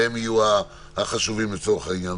והם יהיו החשובים לצורך העניין.